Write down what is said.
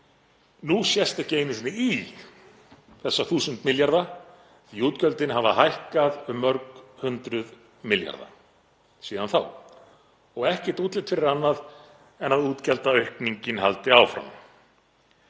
Nú sést ekki einu sinni í þessa 1.000 milljarða því að útgjöldin hafa hækkað um mörg hundruð milljarða síðan þá og ekkert útlit fyrir annað en að útgjaldaaukningin haldi áfram